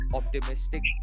optimistic